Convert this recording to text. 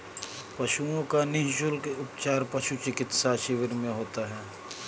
पशुओं का निःशुल्क उपचार पशु चिकित्सा शिविर में होता है